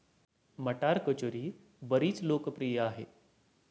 मटार कचोरी बरीच लोकप्रिय आहे